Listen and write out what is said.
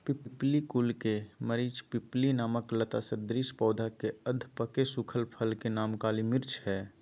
पिप्पली कुल के मरिचपिप्पली नामक लता सदृश पौधा के अधपके सुखल फल के नाम काली मिर्च हई